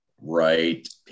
right